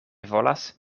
volas